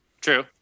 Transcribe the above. true